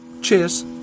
Cheers